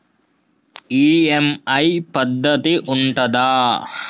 EMI పద్ధతి ఉంటదా?